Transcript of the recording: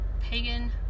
pagan